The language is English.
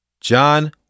John